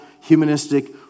humanistic